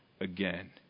again